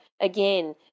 again